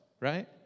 right